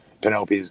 Penelope's